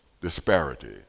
disparity